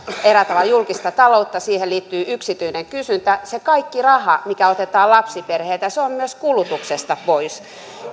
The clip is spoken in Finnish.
julkista taloutta siihen liittyy yksityinen kysyntä niin se kaikki raha mikä otetaan lapsiperheiltä on myös kulutuksesta pois